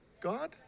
God